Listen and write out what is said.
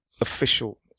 official